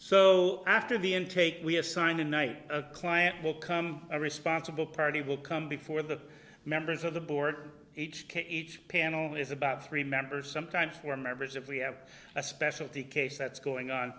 so after the intake we assign a night a client will come a responsible party will come before the members of the board h k each panel is about three members sometimes four members if we have a specialty case that's going on